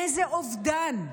איזה אובדן.